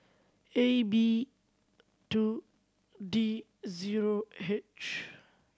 A B two D zero H